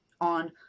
on